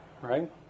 right